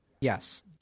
Yes